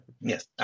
Yes